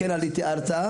תודה רבה.